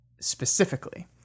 specifically